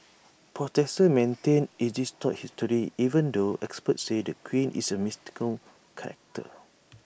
protesters maintain IT distorts history even though experts say the queen is A mythical character